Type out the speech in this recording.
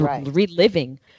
reliving